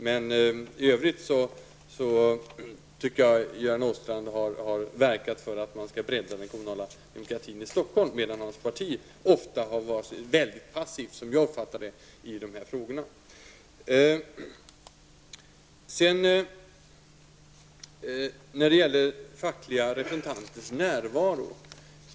I övrigt tycker jag att Göran Åstrand har verkat för att man skall bredda den kommunala demokratin i Stockholm, medan hans parti ofta -- som jag har uppfattat det -- har varit väldigt passivt i dessa frågor. Jag vill sedan beröra frågan om fackliga representanters närvaro.